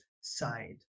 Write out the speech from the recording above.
side